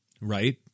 right